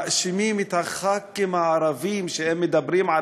מאשימים את חברי הכנסת הערבים שהם מדברים על